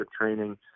training